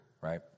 right